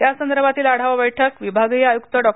यासंदर्भातील आढावा बैठक विभागीय आयुक्त डॉ